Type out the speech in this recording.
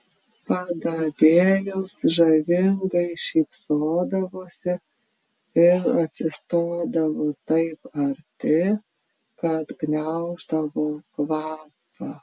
padavėjos žavingai šypsodavosi ir atsistodavo taip arti kad gniauždavo kvapą